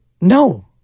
No